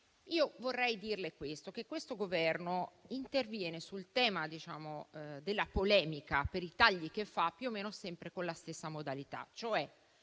vorrei dirle che questo Governo interviene sul tema della polemica dei tagli più o meno sempre con la stessa modalità: